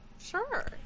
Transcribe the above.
Sure